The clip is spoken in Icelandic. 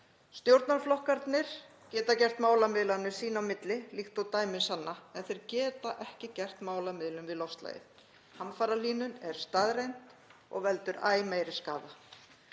Stjórnarflokkarnir geta gert málamiðlanir sín á milli líkt og dæmin sanna en þeir geta ekki gert málamiðlun við loftslagið. Hamfarahlýnun er staðreynd og veldur æ meiri skaða.